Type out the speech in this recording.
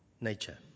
nature